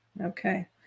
Okay